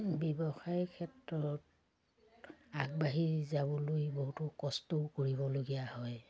ব্যৱসায় ক্ষেত্ৰত আগবাঢ়ি যাবলৈ বহুতো কষ্টও কৰিবলগীয়া হয়